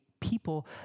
people